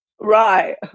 right